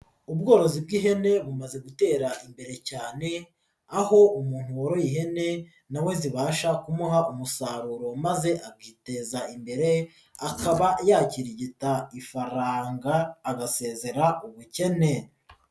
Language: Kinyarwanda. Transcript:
Ubworozi bw'ihene bumaze gutera imbere cyane aho umuntu woroye ihene na we zibasha kumuha umusaruro maze akiteza imbere akaba yakirigita ifaranga agasezera ubukene.